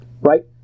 right